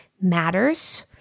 matters